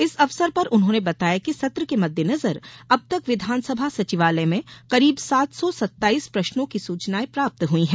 इस अवसर पर उन्होंने बताया कि सत्र के मददेनजर अब तक विधानसभा सचिवालय में करीब सात सौ सत्ताइस प्रश्नों की सूचनायें प्राप्त हुई हैं